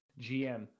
GM